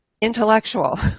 intellectual